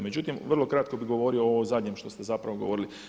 Međutim, vrlo kratko bi govorio o ovom zadnjem što ste zapravo govorili.